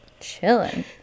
chilling